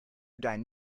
deinen